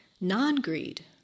non-greed